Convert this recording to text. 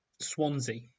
Swansea